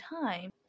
time